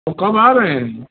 तो कब आ रहे हैं